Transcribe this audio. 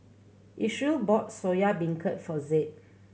Isreal bought Soya Beancurd for Zeb